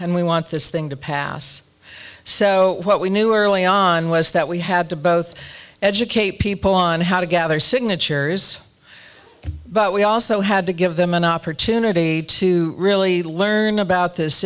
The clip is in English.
and we want this thing to pass so what we knew early on was that we had to both educate people on how to gather signatures but we also had to give them an opportunity to really learn about this